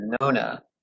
Nona